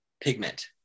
pigment